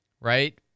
right